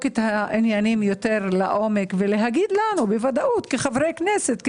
את העניינים יותר לעומק ולומר לנו בוודאות כחברי כנסת,